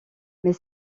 mais